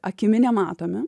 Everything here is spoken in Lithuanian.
akimi nematomi